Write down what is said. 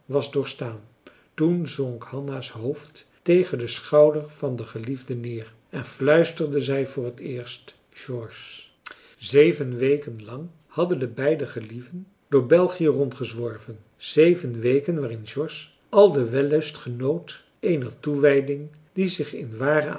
was doorgestaan toen zonk hanna's hoofd tegen den schouder van den geliefde neer en fluisterde zij voor t eerst george zeven weken lang hadden de beide gelieven door belgië rond gezworven zeven weken waarin george al den wellust genoot eener toewijding die zich in ware